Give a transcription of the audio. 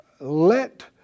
Let